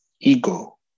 ego